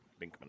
Binkman